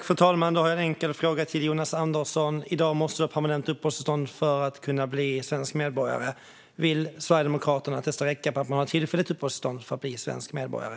Fru talman! Då har jag en enkel fråga till Jonas Andersson. I dag måste man ha permanent uppehållstillstånd för att kunna bli svensk medborgare. Vill Sverigedemokraterna att det ska räcka med tillfälligt uppehållstillstånd för att bli svensk medborgare?